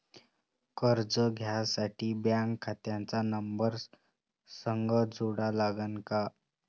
कर्ज घ्यासाठी बँक खात्याचा नंबर संग जोडा लागन का?